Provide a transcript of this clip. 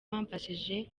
wamfashije